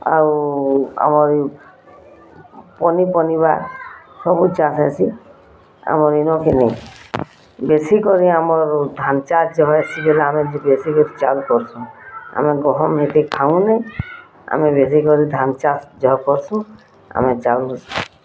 ଆଉ ଆମର୍ ଇ ପନିପନିବା ସବୁ ଚାଷ୍ ହେସି ଆମର୍ ଇନକିନି ବେଶି କରି ଆମର୍ ଧାନ୍ ଚାଷ୍ ଜହ ହେସି ବଏଲେ ଆମେ ବେଶି କରି ଚାଉଲ୍ କର୍ସୁଁ ଆମେ ଗହମ୍ ହେତେ ଖାଉନି ଆମେ ବେଶି କରି ଧାନ୍ ଚାଷ୍ ଯହ କର୍ସୁଁ ଆମେ ଚାଉଲ୍